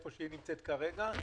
היכן שהיא נמצאת כרגע,